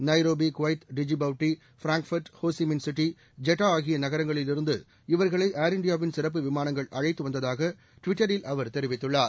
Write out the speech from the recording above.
Nairobi Kuwait Djibouti Frankfurt Ho Chi Minh City Jeddah ஆகிய நகரங்களில் இருந்து இவர்களை ஏர் இந்தியாவின் சிறப்பு விமானங்கள் அழைத்து வந்ததாக டுவிட்டரில் அவர் தெரிவித்துள்ளார்